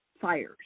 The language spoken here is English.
fires